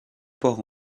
port